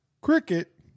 cricket